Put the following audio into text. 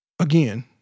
Again